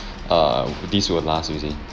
err this will last you see